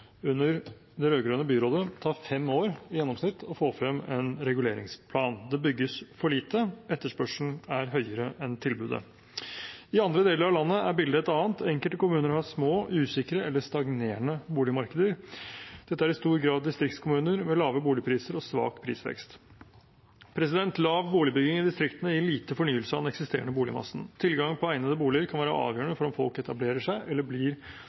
under det rød-grønne byrådet, i gjennomsnitt tar fem år å få frem en reguleringsplan. Det bygges for lite; etterspørselen er høyere enn tilbudet. I andre deler av landet er bildet et annet. Enkelte kommuner har små, usikre eller stagnerende boligmarkeder. Dette er i stor grad distriktskommuner med lave boligpriser og svak prisvekst. Lav boligbygging i distriktene gir lite fornyelse av den eksisterende boligmassen. Tilgangen på egnede boliger kan være avgjørende for om folk etablerer seg eller blir